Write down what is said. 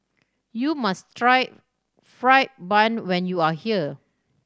you must try fried bun when you are here